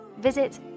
Visit